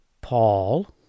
Paul